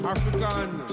African